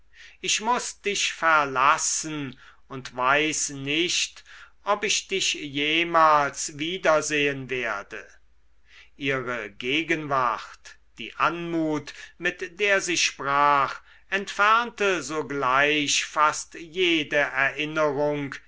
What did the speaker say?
ich muß dich verlassen und weiß nicht ob ich dich jemals wiedersehen werde ihre gegenwart die anmut mit der sie sprach entfernte sogleich fast jede erinnerung